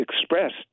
expressed